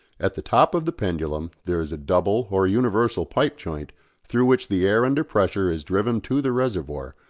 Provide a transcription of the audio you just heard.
at the top of the pendulum there is a double or universal pipe-joint through which the air under pressure is driven to the reservoir,